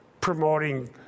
promoting